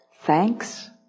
Thanks